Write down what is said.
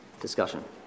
discussion